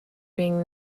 being